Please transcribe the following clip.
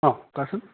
অঁ কোৱাচোন